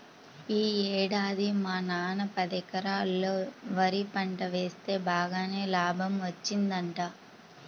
యీ ఏడాది మా నాన్న పదెకరాల్లో వరి పంట వేస్తె బాగానే లాభం వచ్చిందంట